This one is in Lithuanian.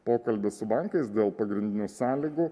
pokalbį su bankais dėl pagrindinių sąlygų